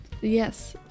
yes